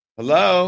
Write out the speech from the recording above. Hello